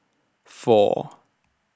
four